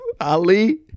Ali